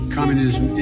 Communism